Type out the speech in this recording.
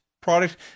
product